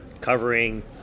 covering